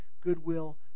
goodwill